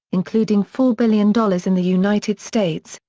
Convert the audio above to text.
including four billion dollars in the united states,